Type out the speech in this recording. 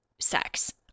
sex